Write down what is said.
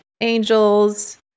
angels